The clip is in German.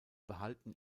behalten